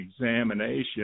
examination